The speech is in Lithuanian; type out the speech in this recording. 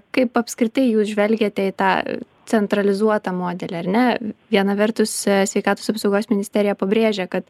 kaip apskritai jūs žvelgiate į tą centralizuotą modelį ar ne viena vertus sveikatos apsaugos ministerija pabrėžia kad